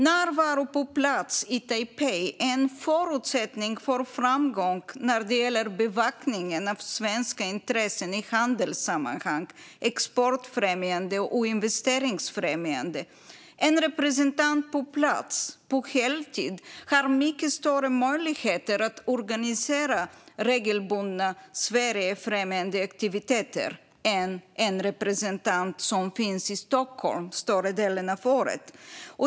Närvaro på plats i Taipei är en förutsättning för framgång när det gäller bevakningen av svenska intressen i handelssammanhang, exportfrämjande och investeringsfrämjande. En representant på plats på heltid har mycket större möjligheter att organisera regelbundna Sverigefrämjande aktiviteter än en representant som finns i Stockholm större delen av året.